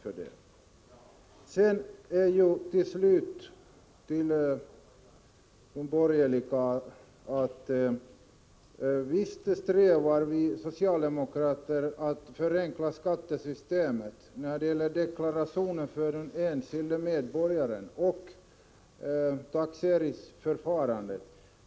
Jag vill till sist säga till de borgerliga att vi socialdemokrater visst strävar efter att förenkla skattesystemet för den enskilde medborgaren när det gäller deklaration och taxeringsförfarande.